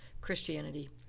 Christianity